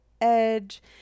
edge